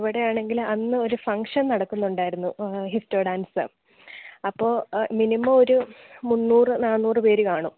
ഇവിടെയാണെങ്കിൽ അന്ന് ഒരു ഫംഗ്ഷൻ നടക്കുന്നുണ്ടായിരുന്നു ഹിസ്റ്റോ ഡാൻസ് അപ്പോൾ മിനിമം ഒരു മുന്നൂറ് നാന്നൂറ് പേര് കാണും